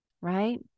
right